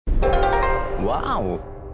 Wow